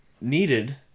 needed